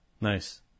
Nice